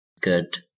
good